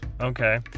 Okay